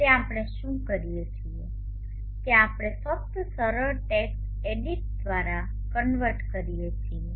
તો આપણે શું કરીએ છીએ કે આપણે ફક્ત સરળ ટેક્સ્ટ એડિટ દ્વારા કન્વર્ટ કરીએ છીએ